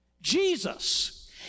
Jesus